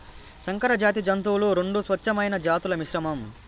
సంకరజాతి జంతువులు రెండు స్వచ్ఛమైన జాతుల మిశ్రమం